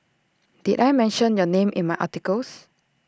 did I mention your name in my articles